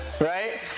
right